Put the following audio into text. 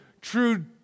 true